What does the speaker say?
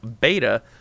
beta